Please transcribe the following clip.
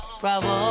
bravo